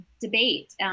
debate